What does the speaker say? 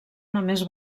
només